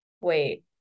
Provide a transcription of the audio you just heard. wait